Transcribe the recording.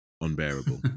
unbearable